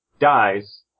dies